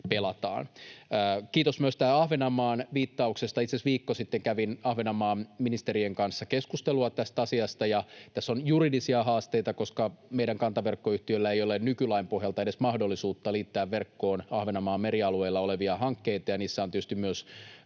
pelataan. Kiitos myös tästä Ahvenanmaan viittauksesta. Itse asiassa viikko sitten kävin Ahvenanmaan ministerien kanssa keskustelua tästä asiasta. Tässä on juridisia haasteita, koska meidän kantaverkkoyhtiöllä ei ole nykylain pohjalta edes mahdollisuutta liittää verkkoon Ahvenanmaan merialueella olevia hankkeita, ja niissä on tietysti myös